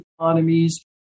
economies